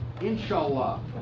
inshallah